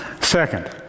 Second